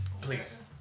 Please